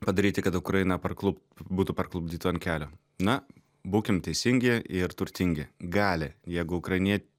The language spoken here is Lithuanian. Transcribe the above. padaryti kad ukraina parklup būtų parklupdytų ant kelio na būkim teisingi ir turtingi gali jeigu ukrainie